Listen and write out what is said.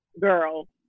girl